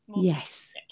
Yes